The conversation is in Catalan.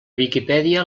viquipèdia